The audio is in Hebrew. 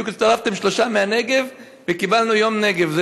בדיוק הצטרפתם שלושה מהנגב, וקיבלנו יום הנגב.